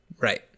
Right